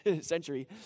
century